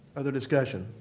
other discussion?